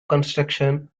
construction